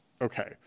okay